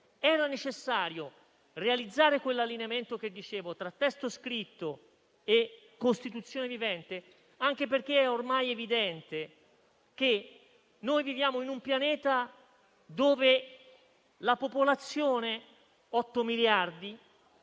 Era necessario realizzare quell'allineamento che dicevo tra testo scritto e Costituzione vivente, anche perché ormai è evidente che noi viviamo in un pianeta in cui la popolazione, che